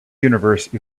universe